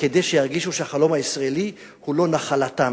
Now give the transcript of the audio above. כדי שירגישו שהחלום הישראלי הוא לא נחלתם